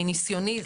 מניסוני.